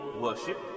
worship